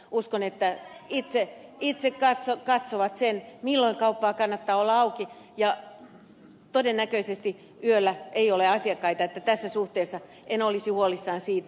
uskon että ne itse katsovat sen milloin kaupan kannattaa olla auki ja todennäköisesti yöllä ei ole asiakkaita joten tässä suhteessa en olisi huolissani siitä